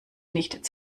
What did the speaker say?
nicht